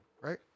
right